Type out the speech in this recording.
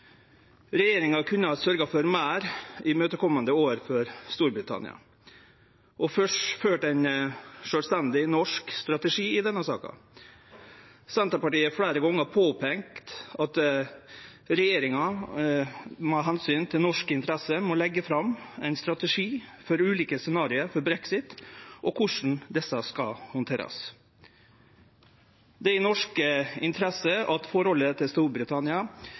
Regjeringa kunne ha sørgt for å vere meir imøtekomande overfor Storbritannina og ført ein sjølvstendig norsk strategi i denne saka. Senterpartiet har fleire gonger påpeikt at med omsyn til norske interesser må regjeringa leggje fram ein strategi for ulike scenario for brexit – og for korleis dette skal handterast. Det er i norsk interesse at forholdet til Storbritannia